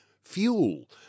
fuel